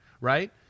right